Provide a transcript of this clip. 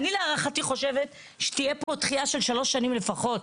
אני להערכתי חושבת שתהיה פה דחיה של שלוש שנים לפחות,